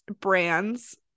brands